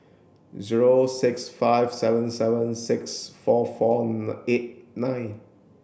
zero six five seven seven six four four eight nine